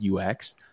UX